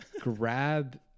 grab